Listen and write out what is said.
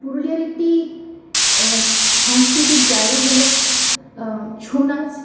পুরুলিয়ার একটি সাংস্কৃতিক জায়গা হল ছৌ নাচ